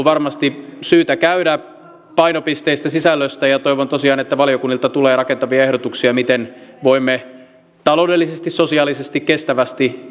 varmasti syytä käydä keskustelu painopisteistä sisällöstä ja toivon tosiaan että valiokunnilta tulee rakentavia ehdotuksia miten voimme taloudellisesti sosiaalisesti kestävästi